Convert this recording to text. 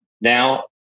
now